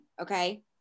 okay